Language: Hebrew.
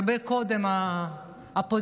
הרבה קודם הפוזיציה,